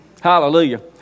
Hallelujah